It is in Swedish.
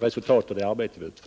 resultatet av det arbete de utför.